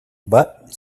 but